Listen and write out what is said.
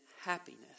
happiness